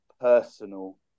personal